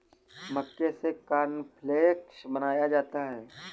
मक्के से कॉर्नफ़्लेक्स बनाया जाता है